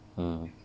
mm